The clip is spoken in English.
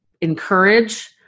encourage